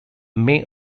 may